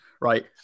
right